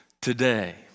today